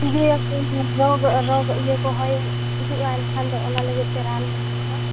ᱛᱤᱡᱩᱭᱟᱠᱚ ᱨᱳᱜ ᱨᱳᱜ ᱤᱭᱟᱹ ᱠᱚ ᱦᱳᱭ ᱦᱤᱡᱩᱜᱼᱟ ᱮᱱᱠᱷᱟᱱ ᱫᱚ ᱚᱱᱟ ᱞᱟᱹᱜᱤᱫ ᱛᱮ ᱨᱟᱱ ᱢᱩᱨᱜᱟᱹᱱ ᱠᱚ